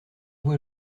vous